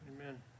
Amen